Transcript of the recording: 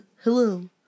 Hello